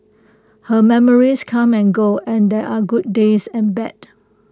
her memories come and go and there are good days and bad